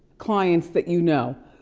clients that you know,